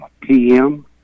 PM